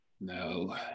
No